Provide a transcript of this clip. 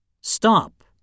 Stop